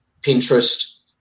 Pinterest